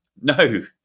No